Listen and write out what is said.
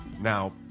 Now